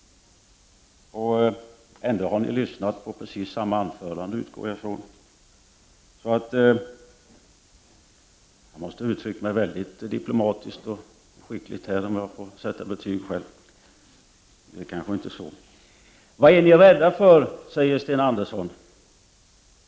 Ändå har ni — det utgår jag ifrån — lyssnat på precis samma anförande. Jag måste ha uttryckt mig väldigt diplomatiskt och skickligt här, om jag får sätta betyg själv, men det är kanske inte så. Vad är ni rädda för? frågar Sten Andersson.